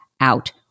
out